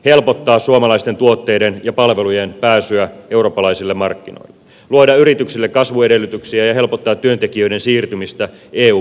helpottaa suomalaisten tuotteiden ja palvelujen pääsyä eurooppalaisille markkinoille luoda yrityksille kasvun edellytyksiä ja helpottaa työntekijöiden siirtymistä eu maasta toiseen